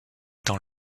dans